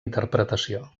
interpretació